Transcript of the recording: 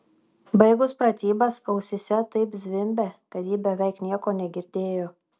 baigus pratybas ausyse taip zvimbė kad ji beveik nieko negirdėjo